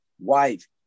wife